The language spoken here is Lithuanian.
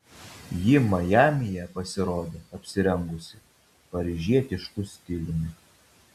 ji majamyje pasirodė apsirengusi paryžietišku stiliumi